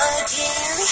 again